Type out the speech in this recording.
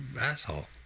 asshole